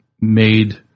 made